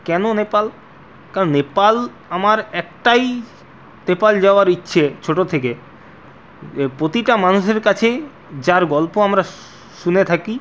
কেন নেপাল কারণ নেপাল আমার একটাই নেপাল যাওয়ার ইচ্ছে ছোটো থেকে প্রতিটা মানুষের কাছেই যার গল্প আমরা শুনে থাকি